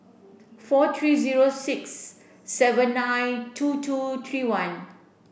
four three zero six seven nine two two three one